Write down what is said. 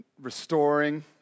restoring